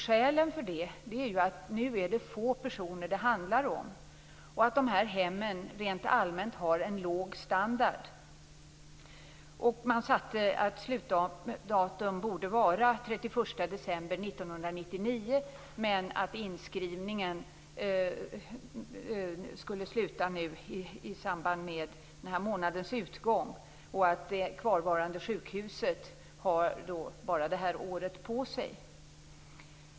Skälen är att det är nu få personer det handlar om. Hemmen har rent allmänt en låg standard. Man satte slutdatum till 31 december 1999, men att inskrivningen skall sluta i samband med denna månads utgång. Det kvarvarande sjukhuset har endast detta år på sig.